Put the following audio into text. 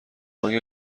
آنکه